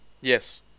Yes